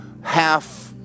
half